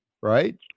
right